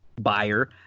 buyer